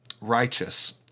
righteous